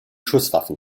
schusswaffen